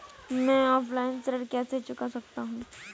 मैं ऑफलाइन ऋण कैसे चुका सकता हूँ?